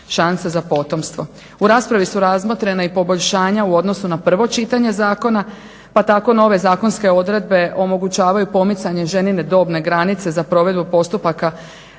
U raspravi su razmotrena i poboljšanja u odnosu na prvo čitanje zakona, pa tako nove zakonske odredbe omogućavaju pomicanje ženine dobne granice za provedbu postupaka